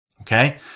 Okay